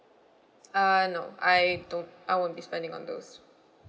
uh no I don't I won't be spending on those